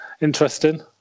interesting